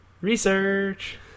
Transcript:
Research